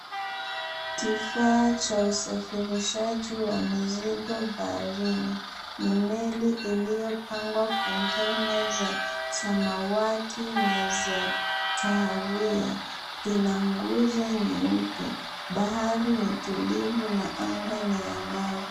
Kifaa cha usafirishaji wa mizigo baharini ni meli ilyopangwa konteina za samawati na za kahawia lina nguzo nyeupe. Bahari ni tulivu na anga ni angavu.